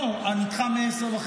לא, נדחה מ-22:30?